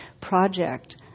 project